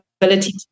ability